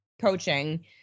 coaching